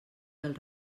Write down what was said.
del